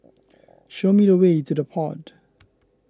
show me the way to the Pod